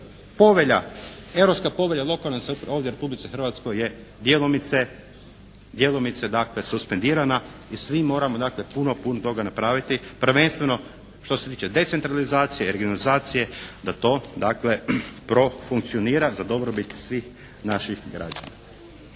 Europska povelja o lokalnoj samoupravi ovdje u Republici Hrvatskoj je djelomice, djelomice dakle suspendirana i svi moramo dakle puno, puno toga napraviti prvenstveno što se tiče decentralizacije, regionalizacije da to dakle profunkcionira za dobrobit svih naših građana.